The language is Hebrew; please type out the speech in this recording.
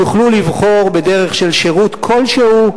יוכלו לבחור בדרך של שירות כלשהו,